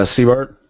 Seabart